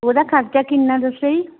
ਉਹਦਾ ਖਰਚਾ ਕਿੰਨਾ ਦੱਸਿਆ ਜੀ